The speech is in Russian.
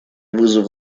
вызов